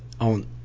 on